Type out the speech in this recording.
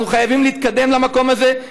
אנחנו חייבים להתקדם למקום הזה,